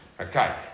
Okay